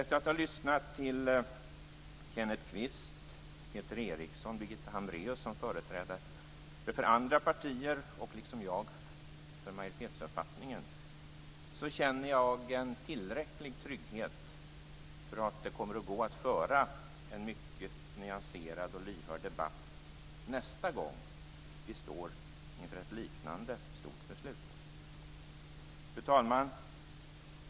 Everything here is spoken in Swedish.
Efter att ha lyssnat till Kenneth Kvist, Peter Eriksson och Birgitta Hambraeus, företrädare för andra partier som liksom jag står för majoritetsuppfattningen, känner jag en tillräcklig trygghet för att det kommer att gå att föra en mycket nyanserad och lyhörd debatt nästa gång vi står inför ett liknande stort beslut. Fru talman!